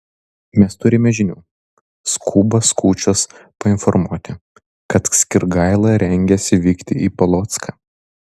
mes turime žinių skuba skučas painformuoti kad skirgaila rengiasi vykti į polocką